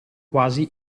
quasi